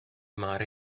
mare